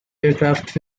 aircraft